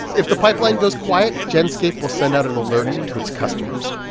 if the pipeline goes quiet, genscape will send out an alert to its customers.